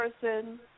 person